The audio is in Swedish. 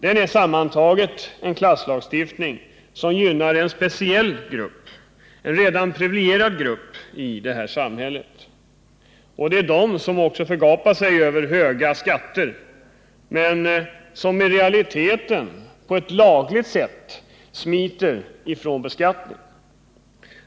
Den är sammantaget en klasslagstiftning som gynnar en speciell grupp, en redan privilegierad grupp i det här samhället. Det är dessa som gapar över höga skatter men som i realiteten på ett lagligt sätt smiter från beskattning.